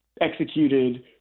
executed